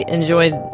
enjoyed